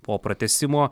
po pratęsimo